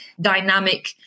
dynamic